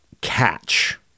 catch